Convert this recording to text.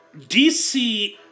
DC